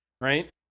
Right